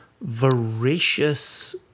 voracious